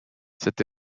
cette